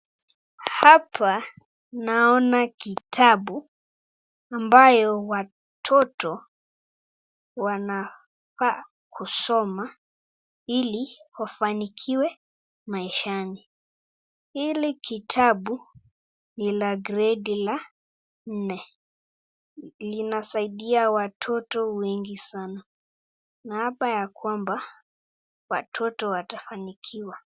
Hapa ninaona kitabu ambayo watoto wanafaa kusoma ili wafanikiwe maishani. Hili kitabu ni la gredi la nne. Linasaidia watoto wengi sana na hapa ya kwamba watoto watafanikiwa.